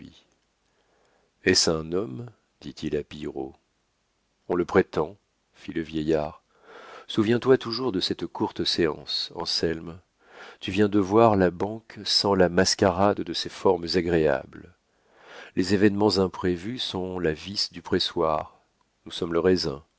est-ce un homme dit-il à pillerault on le prétend fit le vieillard souviens-toi toujours de cette courte séance anselme tu viens de voir la banque sans la mascarade de ses formes agréables les événements imprévus sont la vis du pressoir nous sommes le raisin